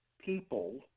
people